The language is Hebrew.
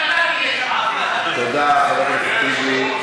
ערבית, תודה, חבר הכנסת טיבי.